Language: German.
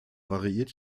variiert